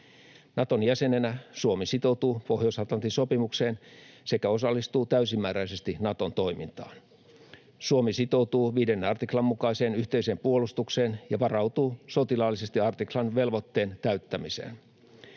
Naton jäsenenä Suomi sitoutuu Pohjois-Atlantin sopimukseen sekä osallistuu täysimääräisesti Naton toimintaan. Suomi sitoutuu 5 artiklan mukaiseen yhteiseen puolustukseen ja varautuu sotilaallisesti artiklan velvoitteen täyttämiseen.